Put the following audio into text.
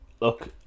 Look